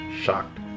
shocked